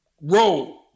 roll